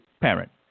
parent